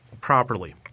properly